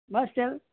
બસ ત્યારે